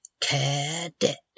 Cadet